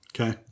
Okay